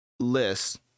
list